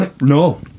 No